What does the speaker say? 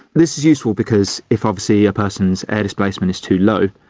this is useful because if obviously a person's air displacement is too low,